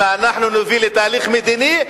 אם אנחנו נוביל לתהליך מדיני,